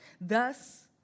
Thus